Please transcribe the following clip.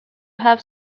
have